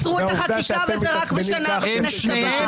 אלבשן אמר תעצרו את החקיקה וזה רק בכנסת הבאה.